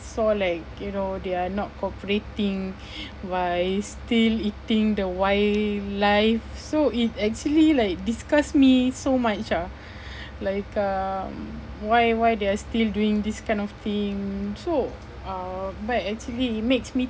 saw like you know they're not cooperating by still eating the wildlife so it actually like disgust me so much ah like um why why they're still doing this kind of thing so uh but actually it makes me